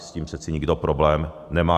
S tím přece nikdo problém nemá.